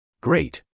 Great